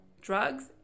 drugs